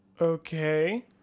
Okay